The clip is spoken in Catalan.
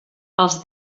els